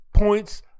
Points